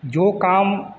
जो काम